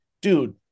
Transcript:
dude